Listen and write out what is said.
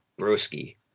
Broski